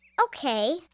Okay